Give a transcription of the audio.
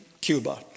Cuba